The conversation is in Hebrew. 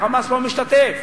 ה"חמאס" לא משתתף.